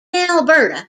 alberta